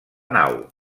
nau